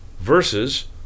Versus